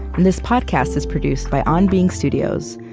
and this podcast is produced by on being studios,